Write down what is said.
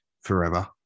forever